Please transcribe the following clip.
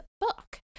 book